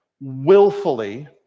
willfully